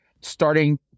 starting